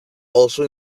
also